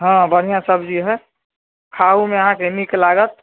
हँ बढ़िआँ सब्जी हइ खाइओमे अहाँके नीक लागत